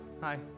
Hi